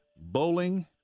bowling